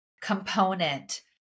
component